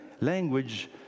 language